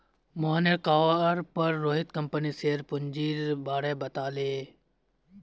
मोहनेर कहवार पर रोहित कंपनीर शेयर पूंजीर बारें बताले